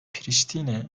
priştine